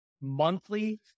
monthly